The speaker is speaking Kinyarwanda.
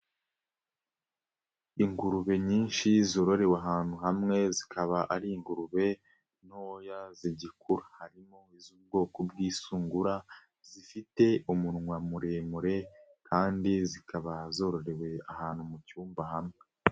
Ingurube nyinshi zororewe ahantu hamwe zikaba ari ingurube ntoya zigikura harimo iz'ubwoko bw'isungura zifite umunwa muremure kandi zikaba zororewe ahantu mu cyumba hamwe.